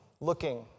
looking